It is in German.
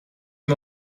wir